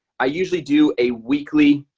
i usually do a weekly